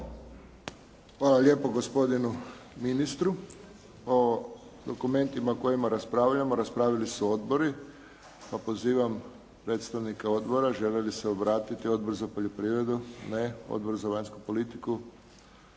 Hvala lijepo gospodinu ministru o dokumentima o kojima raspravljamo raspravili su odbori pa pozivam predstavnika odbora. Želi li se obratiti Odbor za poljoprivredu? Ne. Odbor za vanjsku politiku?